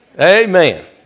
Amen